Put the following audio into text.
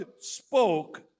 spoke